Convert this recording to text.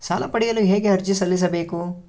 ಸಾಲ ಪಡೆಯಲು ಹೇಗೆ ಅರ್ಜಿ ಸಲ್ಲಿಸಬೇಕು?